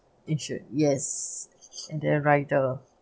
insured yes and then rider